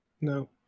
No